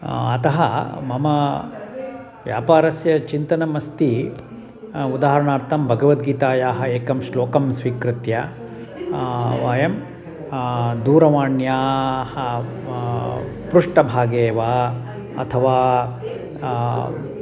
अतः मम व्यापारस्य चिन्तनम् अस्ति उदाहरणार्थं भगवद्गीतायाः एकं श्लोकं स्वीकृत्य वयं दूरवाण्याः पृष्टभागे वा अथवा